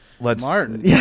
Martin